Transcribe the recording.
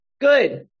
Good